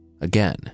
again